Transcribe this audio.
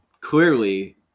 clearly